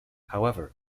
however